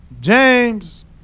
James